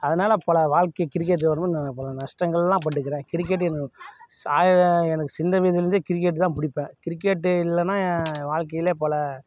அதனாலே பல வாழ்க்கை கிரிக்கெட்டு வரும்போது பல நஷ்டங்களெலாம்பட்டுகிறேன் கிரிக்கெட் எனக்கு எனக்கு சின்ன வயதில் இருந்தே கிரிக்கெட் தான் பிடிப்பேன் கிரிக்கெட்டு இல்லைனா என் வாழ்க்கையில பல